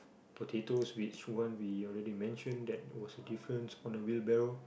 thirty two switch one we already mention that what's the difference on the whale bell